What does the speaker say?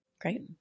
Great